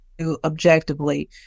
objectively